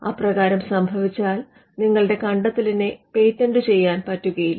അപ്രകാരം സംഭവിച്ചാൽ നിങ്ങളുടെ കണ്ടത്തെലിനെ പേറ്റന്റ് ചെയ്യാൻ പറ്റുകയില്ല